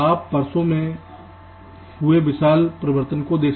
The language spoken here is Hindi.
आप वर्षों में हुए विशाल परिवर्तन को देख सकते हैं